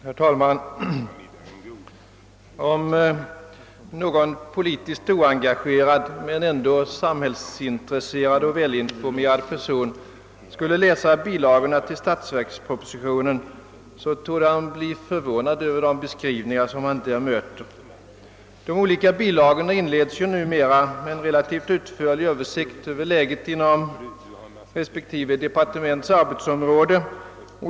Herr talman! Om någon politiskt oengagerad men ändå samhällsintresserad och välinformerad person skulle läsa bilagorna till statsverkspropositionen, torde han bli förvånad över de beskrivningar han där möter. De olika bilagorna inleds numera med en relativt utförlig översikt över läget inom respektive departements arbetsområde.